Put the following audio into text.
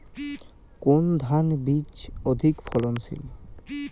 কোন ধান বীজ অধিক ফলনশীল?